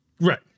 Right